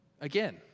Again